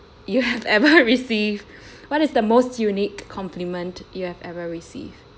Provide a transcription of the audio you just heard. you have ever received what is the most unique compliment you have ever received